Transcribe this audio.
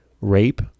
rape